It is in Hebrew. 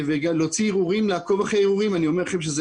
להוציא ערעורים ולעקוב אחריהם אבל אני אומר לכם שזו